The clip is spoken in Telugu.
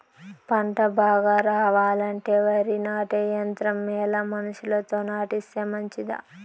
పంట బాగా రావాలంటే వరి నాటే యంత్రం మేలా మనుషులతో నాటిస్తే మంచిదా?